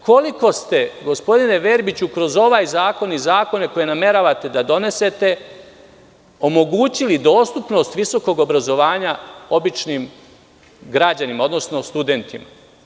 Koliko ste, gospodine Verbiću, kroz ovaj zakon i zakone koje nameravate da donesete omogućili dostupnost visokog obrazovanja običnim građanima, odnosno studentima?